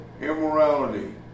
immorality